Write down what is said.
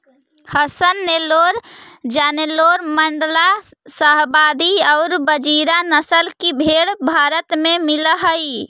हसन, नैल्लोर, जालौनी, माण्ड्या, शाहवादी और बजीरी नस्ल की भेंड़ भारत में मिलअ हई